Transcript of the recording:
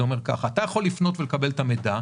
הוא כך: אתה יכול לפנות ולקבל את המידע,